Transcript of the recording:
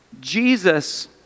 Jesus